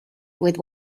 with